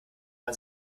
man